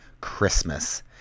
Christmas